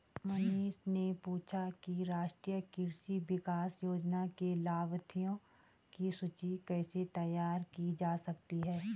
मनीष ने पूछा कि राष्ट्रीय कृषि विकास योजना के लाभाथियों की सूची कैसे तैयार की जा सकती है